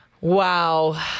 Wow